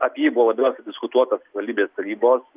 apie jį buvo labiausiai diskutuota savivaldybės tarybos